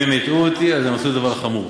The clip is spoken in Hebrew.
אם הם הטעו אותי אז הם עשו דבר חמור.